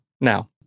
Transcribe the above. now